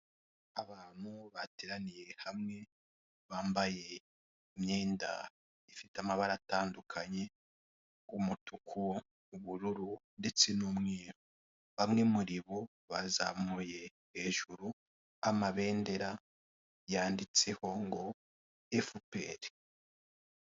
Abantu bateraniye hamwe bambaye imyenda ifite mabara atandukanye umutuku, ubururu ndetse n'umweru, bamwe muri bo bazamuye hejuru amabendera yanditseho ngo efuperi.